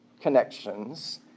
connections